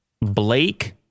Blake